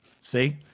See